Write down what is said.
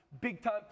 big-time